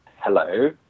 Hello